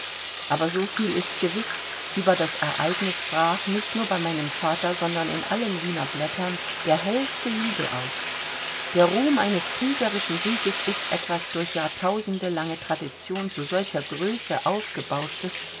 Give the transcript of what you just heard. aber so viel ist gewiß über das ereignis brach nicht nur bei meinem vater sondern in allen wiener blättern der hellste jubel aus der ruhm eines kriegerischen sieges ist etwas durch jahrtausende lange tradition zu solcher größe aufgebauschtes